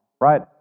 Right